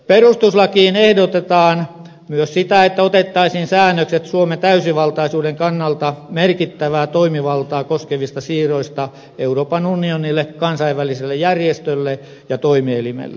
perustuslakiin ehdotetaan myös sitä että otettaisiin säännökset suomen täysivaltaisuuden kannalta merkittävää toimivaltaa koskevista siirroista euroopan unionille kansainväliselle järjestölle ja toimielimelle